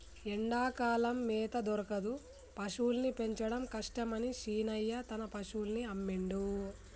ఎండాకాలం మేత దొరకదు పశువుల్ని పెంచడం కష్టమని శీనయ్య తన పశువుల్ని అమ్మిండు